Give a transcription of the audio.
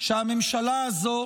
שהממשלה הזו